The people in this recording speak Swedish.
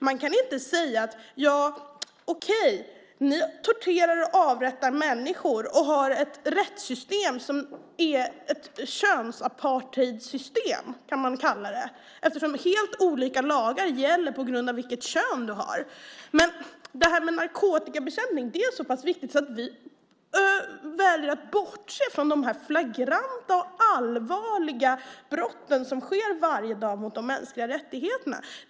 Man kan inte säga så här: Ja, okej, ni torterar och avrättar människor och har ett rättssystem som är ett könsapartheidsystem - det kan man kalla det, eftersom helt olika lagar gäller beroende på vilket kön du har - men narkotikabekämpning är så pass viktigt att vi väljer att bortse från de flagranta och allvarliga brott mot de mänskliga rättigheterna som sker varje dag.